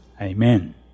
Amen